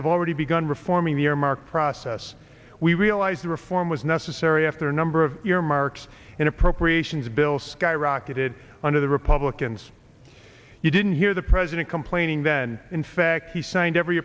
have already begun reforming the earmark process we realized the reform was necessary after a number of earmarks in appropriations bills skyrocketed under the republicans you didn't hear the president complaining then in fact he signed every